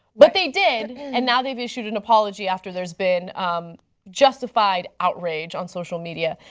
but they did and now they have issued an apology after there has been um justified outrage on social media.